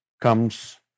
comes